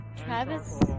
Travis